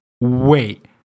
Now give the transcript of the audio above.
Wait